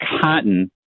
cotton